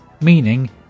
meaning